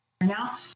now